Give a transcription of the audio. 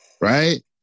right